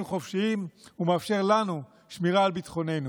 חופשיים ומאפשר לנו שמירה על ביטחוננו.